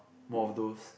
more of those